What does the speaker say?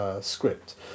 script